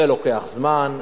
זה לוקח זמן.